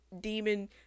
demon